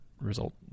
result